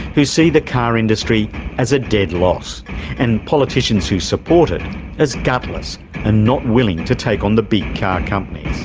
who see the car industry as a dead loss and politicians who support it as gutless and not willing to take on the big car companies.